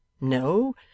no